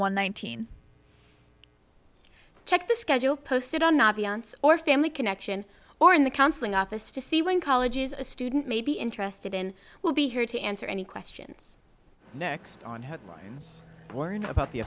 one nineteen check the schedule posted on or family connection or in the counseling office to see when colleges a student may be interested in will be here to answer any questions next on headlines warn about the